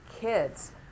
Kids